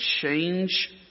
change